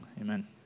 amen